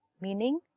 meaning